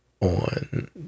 on